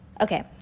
Okay